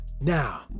Now